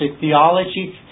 theology